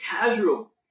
casual